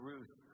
Ruth